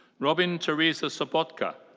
robyn teresa sobotka.